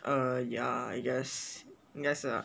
err ya I guess yes lah